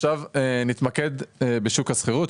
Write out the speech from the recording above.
עכשיו נתמקד בשוק השכירות,